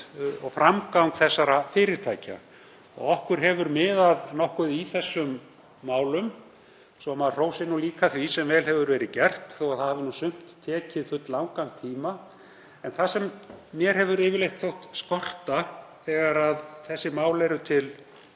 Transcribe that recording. og framgang þessara fyrirtækja. Okkur hefur miðað nokkuð í þessum málum, svo maður hrósi nú því sem vel hefur verið gert þó að það hafi sumt tekið fulllangan tíma. En það sem mér hefur yfirleitt þótt til baga þegar þessi mál eru til